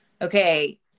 okay